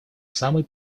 самой